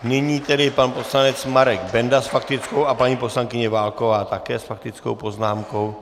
Nyní tedy pan poslanec Marek Benda s faktickou a paní poslankyně Válková také s faktickou poznámkou.